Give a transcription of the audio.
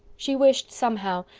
she wished, somehow,